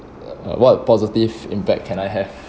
what positive impact can I have